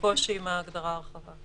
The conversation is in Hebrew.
קושי עם ההגדרה הרחבה.